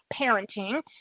parenting